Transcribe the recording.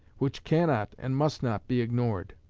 which cannot and must not be ignored.